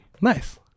Nice